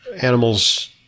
animals